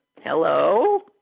Hello